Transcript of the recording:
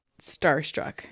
starstruck